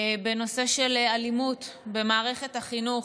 בנושא של אלימות במערכת החינוך.